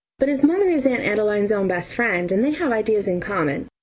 but his mother is aunt adeline's own best friend, and they have ideas in common.